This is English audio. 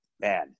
man